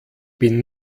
bin